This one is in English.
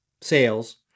sales